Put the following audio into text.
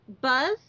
Buzz